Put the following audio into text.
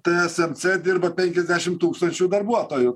tsnc dirba penkiasdešim tūkstančių darbuotojų